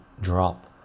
drop